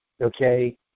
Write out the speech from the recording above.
okay